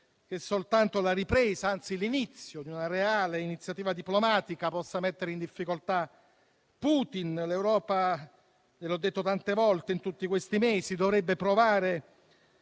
che soltanto la ripresa, anzi l'inizio di una reale iniziativa diplomatica possa mettere in difficoltà Putin; l'Europa - l'ho detto tante volte in tutti questi mesi - dovrebbe smettere,